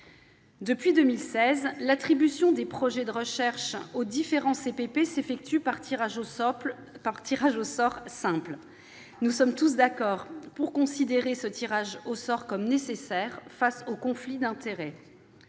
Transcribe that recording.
Depuis 2016, l'attribution des projets de recherche aux différents CPP s'effectue par tirage au sort simple. Nous sommes tous d'accord pour considérer ce tirage au sort comme nécessaire face aux conflits d'intérêts.